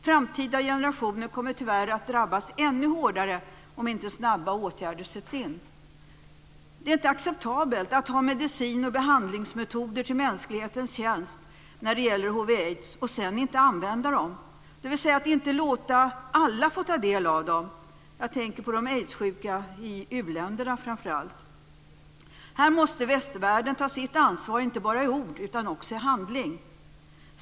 Framtida generationer kommer tyvärr att drabbas ännu hårdare om inte snabba åtgärder sätts in. Det är inte acceptabelt att ha medicin och behandlingsmetoder till mänsklighetens tjänst för hiv/aids utan att de används, dvs. att man inte låter alla få ta del av dem. Jag tänker då framför allt på de aidssjuka i u-länderna. Här måste västvärlden ta sitt ansvar inte bara i ord utan också i handling.